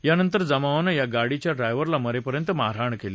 यानंतर जमावानं या गाडीच्या ड्रायव्हरला मरेपर्यंत मारहाण केली